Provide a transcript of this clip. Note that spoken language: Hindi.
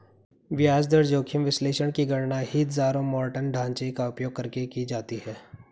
ब्याज दर जोखिम विश्लेषण की गणना हीथजारोमॉर्टन ढांचे का उपयोग करके की जाती है